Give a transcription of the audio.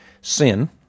sin